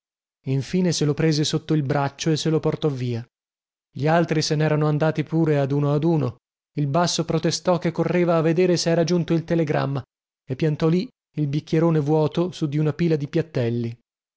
infine se lo prese sotto il braccio e se lo portò via gli altri se nerano andati pure ad uno ad uno il basso protestò che correva a vedere se era giunto il telegramma e piantò lì il bicchierone vuoto su di una pila di piattelli